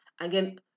again